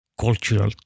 cultural